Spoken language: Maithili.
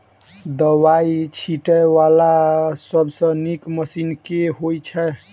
दवाई छीटै वला सबसँ नीक मशीन केँ होइ छै?